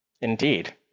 Indeed